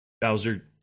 bowser